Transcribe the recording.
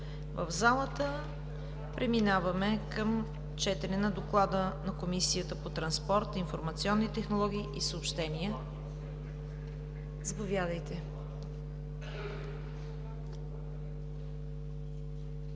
в залата. Преминаваме към четене на доклада на Комисията по транспорт, информационни технологии и съобщения. Заповядайте.